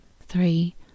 three